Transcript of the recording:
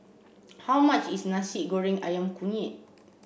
how much is Nasi Goreng Ayam Kunyit